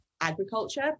agriculture